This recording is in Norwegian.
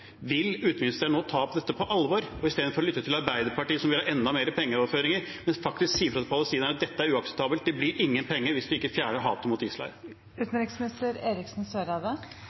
Vil utenriksministeren nå ta dette på alvor og i stedet for å lytte til Arbeiderpartiet, som vil ha enda mer pengeoverføringer, faktisk si fra til palestinerne at dette er uakseptabelt, og at det blir ingen penger hvis de ikke fjerner hatet mot